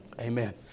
Amen